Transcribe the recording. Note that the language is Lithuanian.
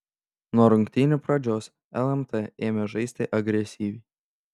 nuo rungtynių pradžios lmt ėmė žaisti agresyviai